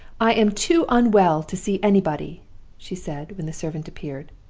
i am too unwell to see anybody she said, when the servant appeared.